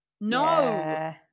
No